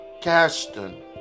Caston